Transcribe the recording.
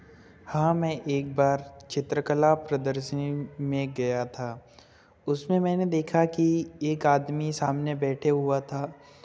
हाँ मैं एक बार चित्रकला प्रदर्शनी में गया था उसमें मैंने देखा कि एक आदमी सामने बैठे हुआ था